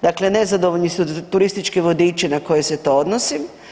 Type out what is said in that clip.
Dakle, nezadovoljni su turistički vodiči na koje se to odnosi.